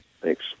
Thanks